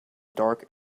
dark